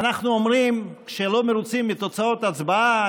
כשלא מרוצים מתוצאות הצבעה,